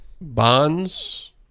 Bonds